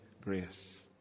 grace